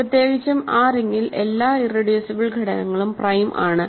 പ്രത്യേകിച്ചും ആ റിങ്ങിൽ എല്ലാ ഇറെഡ്യൂസിബിൾ ഘടകങ്ങളും പ്രൈം ആണ്